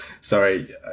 Sorry